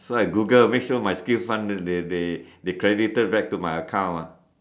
so I Google make sure my skill fund they they they credited back to my account ah